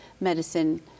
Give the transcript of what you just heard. medicine